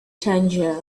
tangier